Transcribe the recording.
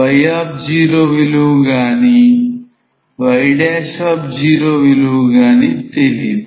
y0 విలువ గాని yవిలువ గానితెలీదు